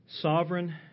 sovereign